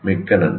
மிக்க நன்றி